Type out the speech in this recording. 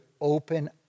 open